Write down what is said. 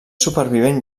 supervivent